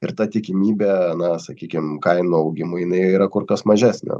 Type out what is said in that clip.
ir ta tikimybė na sakykim kainų augimui jinai yra kur kas mažesnė